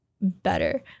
better